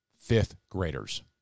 Fifth-graders